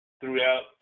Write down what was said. throughout